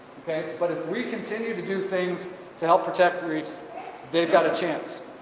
okay but if we continue to do things to help protect reefs they've got a chance.